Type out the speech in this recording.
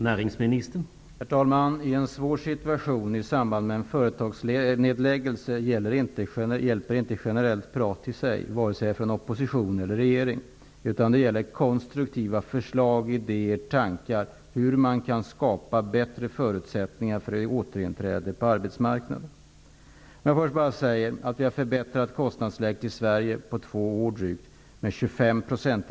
Herr talman! I en svår situation i samband med en företagsnedläggning hjälper inte generellt prat i sig, vare sig från opposition eller regering. Det krävs konstruktiva förslag och idéer om hur man skall kunna skapa bättre förutsättningar för ett återinträde på arbetsmarknaden. Vi har på drygt två år förbättrat kostnadsläget i Sverige med 25 %.